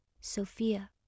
Sophia